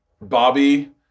Bobby